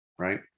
Right